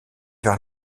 vers